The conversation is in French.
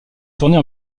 tournée